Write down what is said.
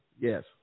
Yes